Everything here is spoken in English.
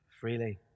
freely